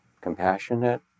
compassionate